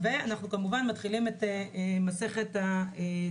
כמובן שאנחנו מתחילים מייד את מסכת הטיפולים.